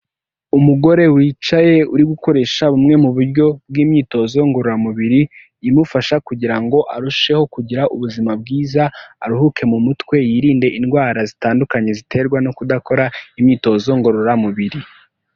Umugore wicaye uri gukoresha bumwe mu buryo bw'imyitozo ngororamubiri imufasha kugira ngo arusheho kugira ubuzima bwiza, aruhuke mu mutwe yirinde indwara zitandukanye ziterwa no kudakora imyitozo ngororamubiri.